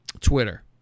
Twitter